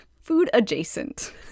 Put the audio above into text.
Food-adjacent